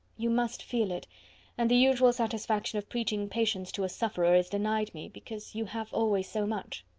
you must feel it and the usual satisfaction of preaching patience to a sufferer is denied me, because you have always so much.